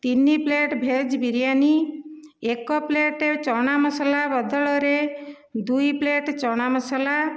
ତିନି plate veg biryani ଏକ plate chana masala ବଦଳରେ ଦୁଇ ପ୍ଲେଟ ଚଣା ମସଲା